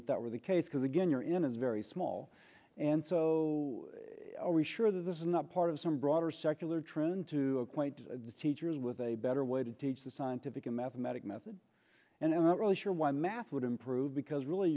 if that were the case because again you're in a very small and so are we sure that this is not part of some broader secular trend to point the teachers with a better way to teach the scientific mathematic method and i'm not really sure why math would improve because really